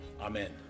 Amen